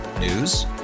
News